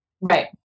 Right